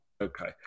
Okay